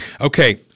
Okay